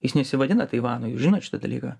jis nesivadina taivano jūs žinot šitą dalyką